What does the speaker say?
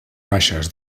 baixes